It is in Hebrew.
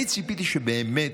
אני ציפיתי שבאמת